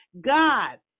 God